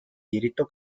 diritto